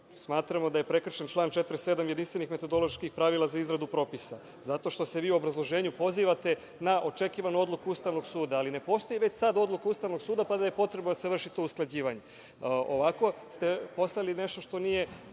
smatramo da je prekršen član 47. jedinstvenih metodoloških pravila za izradu propisa, zato što se vi u obrazloženju pozivate na očekivanu odluku Ustavnog suda. Ali, ne postoji već sad odluka Ustavnog suda pa da je potrebno da se vrši to usklađivanje. Ovako ste postavili nešto što nije